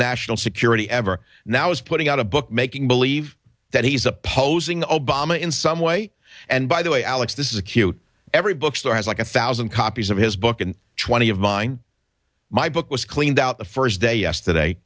national security ever now is putting out a book making believe that he's opposing obama in some way and by the way alex this is a cute every bookstore has like a thousand copies of his book and twenty of mine my book was cleaned out the first day yesterday